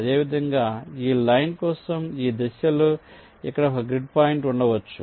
అదేవిధంగా ఈ లైన్ కోసం ఈ దిశలో ఇక్కడ ఒక గ్రిడ్ పాయింట్ ఉండవచ్చు